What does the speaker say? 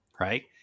Right